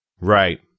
Right